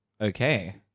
Okay